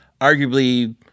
arguably